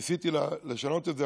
ניסיתי לשנות את זה,